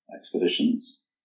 expeditions